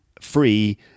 free